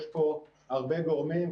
יש פה הרבה גורמים,